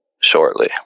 shortly